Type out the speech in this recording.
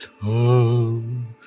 come